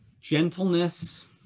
gentleness